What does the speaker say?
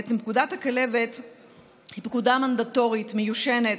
בעצם פקודת הכלבת היא פקודה מנדטורית מיושנת,